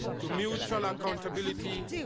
to mutual accountability,